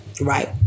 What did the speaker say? right